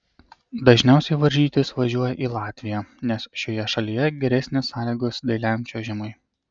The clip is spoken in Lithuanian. dažniausiai varžytis važiuoja į latviją nes šioje šalyje geresnės sąlygos dailiajam čiuožimui